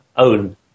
own